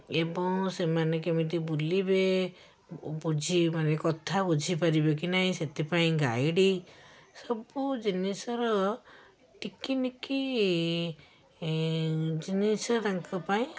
ଏବଂ ସେମାନେ କେମିତି ବୁଲିବେ ଓ ବୁଝି ମାନେ କଥା ବୁଝିପାରିବେକି ନାହିଁ ସେଥିପାଇଁ ଗାଇଡ଼୍ ସବୁ ଜିନିଷର ଟିଖିନିଖି ଜିନିଷ ତାଙ୍କ ପାଇଁ